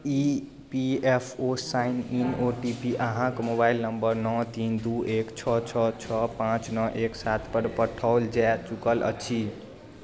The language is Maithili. E P F O sign in O T P अहाँक मोबाइल नम्बर नओ तीन दू एक छओ छओ छओ पाँच नओ एक सातपर पठाओल जा चुकल अछि